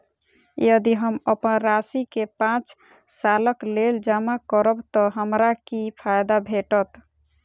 यदि हम अप्पन राशि केँ पांच सालक लेल जमा करब तऽ हमरा की फायदा भेटत?